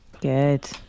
Good